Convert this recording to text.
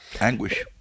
Anguish